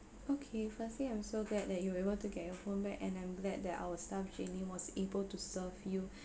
okay firstly I'm so glad that you able to get your phone back and I'm glad that our staff jaylene was able to serve you